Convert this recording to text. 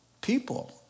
people